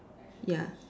ya